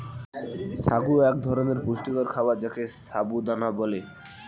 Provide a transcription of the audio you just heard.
সাগু এক ধরনের পুষ্টিকর খাবার যাকে সাবু দানা বলে